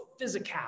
physicality